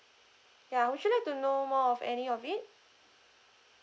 ya would you like to know more of any of it